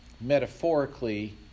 metaphorically